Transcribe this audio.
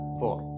four